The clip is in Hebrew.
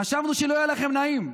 חשבנו שלא יהיה לכם נעים,